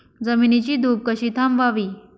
जमिनीची धूप कशी थांबवावी?